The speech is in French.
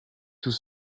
tout